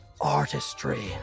Artistry